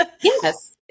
Yes